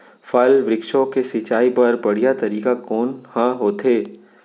फल, वृक्षों के सिंचाई बर बढ़िया तरीका कोन ह होथे?